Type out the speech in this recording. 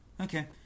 Okay